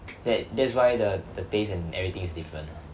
that that's why the the taste and everything is different ah